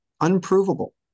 unprovable